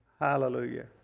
Hallelujah